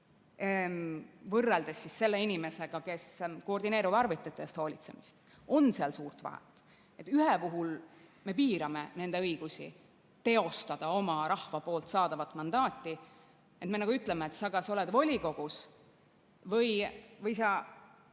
võrreldes selle inimesega, kes koordineerib arvutite eest hoolitsemist? On seal suurt vahet, et ühe puhul me piirame nende õigusi teostada oma rahva poolt saadavat mandaati, et me ütleme, et sa kas oled volikogus või sa